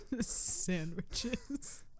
Sandwiches